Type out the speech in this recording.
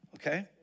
okay